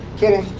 kidding.